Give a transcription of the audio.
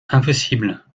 impossible